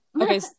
Okay